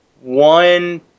one